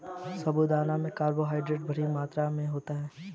साबूदाना में कार्बोहायड्रेट भारी मात्रा में होता है